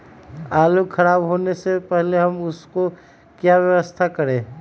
आलू खराब होने से पहले हम उसको क्या व्यवस्था करें?